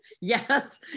Yes